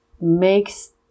makes